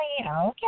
Okay